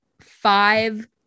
five